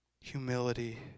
humility